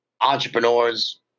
entrepreneurs